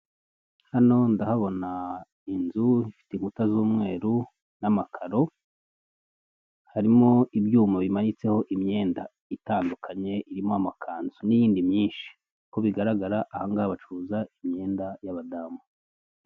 Hano ndahabona inzu ifite inkuta z' umweru n'amakaro, harimo ibyuma bimanitseho imyenda itandukanye irimo n' amakanzu n'iyindi myinshi. uko bigaragara aha ngaha bacuruza imyenda y'abadamu.